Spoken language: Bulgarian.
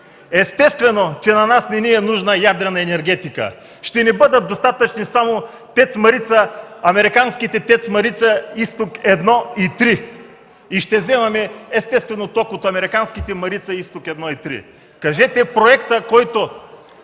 естествено, че на нас не ни е нужна ядрена енергетика. Ще ни бъдат достатъчни само американските ТЕЦ „Марица изток 1 и 3” и ще вземаме естествено ток от американските „Марица изток 1 и 3”. Кажете, проектът, който